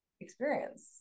experience